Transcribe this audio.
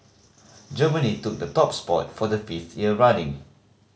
Germany took the top spot for the fifth year running